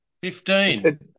Fifteen